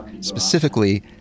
specifically